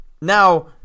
Now